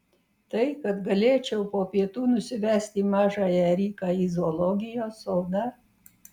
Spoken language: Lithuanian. tai kad galėčiau po pietų nusivesti mažąją riką į zoologijos sodą